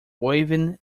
waving